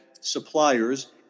suppliers